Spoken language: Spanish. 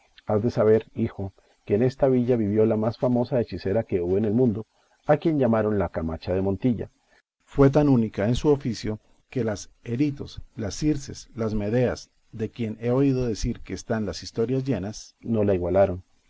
has de saber hijo que en esta villa vivió la más famosa hechicera que hubo en el mundo a quien llamaron la camacha de montilla fue tan única en su oficio que las eritos las circes las medeas de quien he oído decir que están las historias llenas no la igualaron